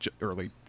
early